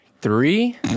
three